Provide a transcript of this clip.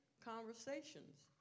conversations